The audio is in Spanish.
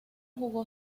jugó